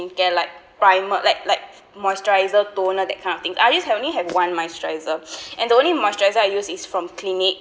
~incare primer like like moisturizer toner that kind of thing I just have only have one moisturizer and the only moisturizer I use is from Clinique